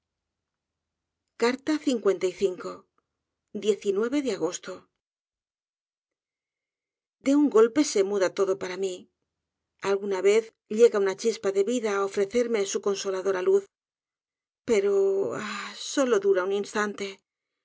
memoria de agosto de un golpe se muda todo para mí alguna vez llega una chispa de vida á ofrecerme su consoladora luz pero ah que solo dura un instante